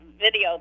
video